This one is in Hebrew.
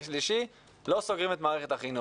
שלישי לא סוגרים את מערכת החינוך.